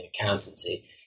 accountancy